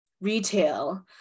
retail